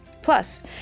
Plus